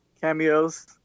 cameos